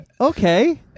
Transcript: okay